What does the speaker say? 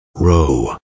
Row